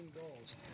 goals